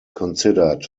considered